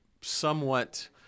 somewhat